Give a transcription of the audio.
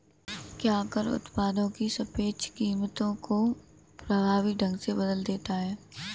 एक कर उत्पादों की सापेक्ष कीमतों को प्रभावी ढंग से बदल देता है